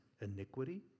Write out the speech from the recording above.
iniquity